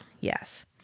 yes